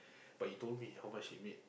but he told me how much he made